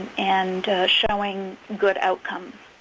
and showing good outcomes.